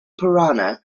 purana